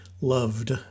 loved